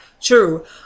true